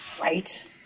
Right